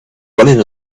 running